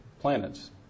planets